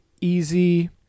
easy